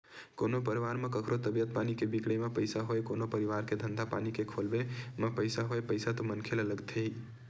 कोनो परवार म कखरो तबीयत पानी के बिगड़े म पइसा होय कोनो परकार के धंधा पानी के खोलब म पइसा होय पइसा तो मनखे ल लगथे ही